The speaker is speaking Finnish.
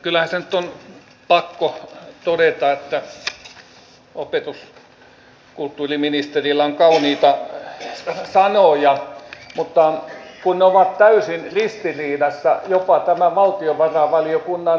kyllähän se nyt on pakko todeta että opetus ja kulttuuriministerillä on kauniita sanoja mutta kun ne ovat täysin ristiriidassa jopa tämän valtiovarainvaliokunnan mietinnön kanssa